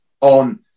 on